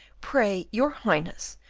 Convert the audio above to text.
pray, your highness,